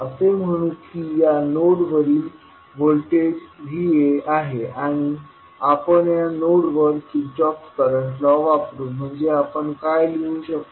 असे म्हणू की या नोड वरील व्होल्टेज Va आहे आणि आपण या नोडवर किर्चहॉफ करंट लॉ वापरु म्हणजे आपण काय लिहू शकतो